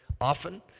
often